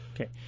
Okay